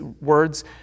words